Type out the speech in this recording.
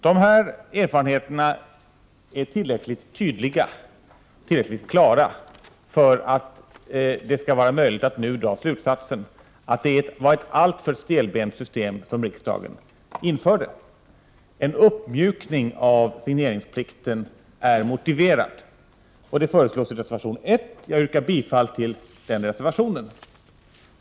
Dessa erfarenheter är tillräckligt klara för att det skall vara möjligt att nu dra slutsatsen att det system som riksdagen införde är alltför stelbent. En uppmjukning av signeringsplikten är motiverad. Detta föreslås i reservation 1. Jag yrkar bifall till reservation 1.